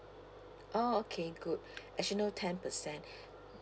oh okay good additional ten percent